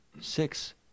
six